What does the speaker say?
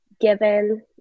given